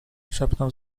szepnął